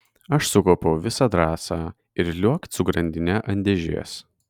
aš sukaupiau visą drąsą ir liuokt su grandine ant dėžės